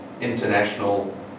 international